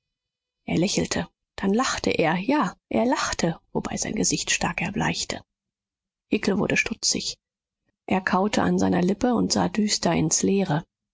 er lächelte dann lachte er ja er lachte wobei sein gesicht stark erbleichte hickel wurde stutzig er kaute an seiner lippe und sah düster ins leere